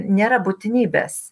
nėra būtinybės